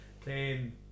Playing